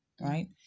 right